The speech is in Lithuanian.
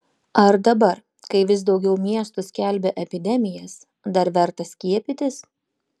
ar dabar kai vis daugiau miestų skelbia epidemijas dar verta skiepytis